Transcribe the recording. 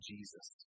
Jesus